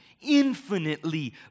infinitely